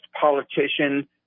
politician